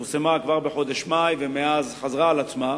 היא פורסמה כבר בחודש מאי, ומאז חזרה על עצמה.